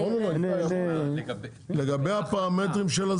לגבי הפרמטרים.